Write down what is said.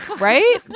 Right